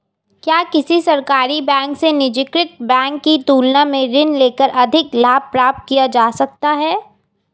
क्या किसी सरकारी बैंक से निजीकृत बैंक की तुलना में ऋण लेकर अधिक लाभ प्राप्त किया जा सकता है?